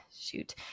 shoot